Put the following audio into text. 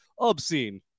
Obscene